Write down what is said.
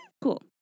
Cool